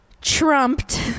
trumped